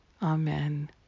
Amen